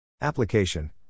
Application